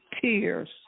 tears